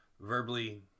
verbally